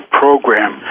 program